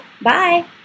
bye